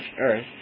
earth